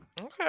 Okay